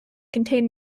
contained